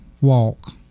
walk